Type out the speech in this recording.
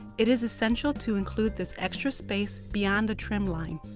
it is essential to include this extra space beyond the trim line.